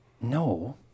No